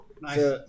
Nice